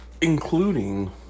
Including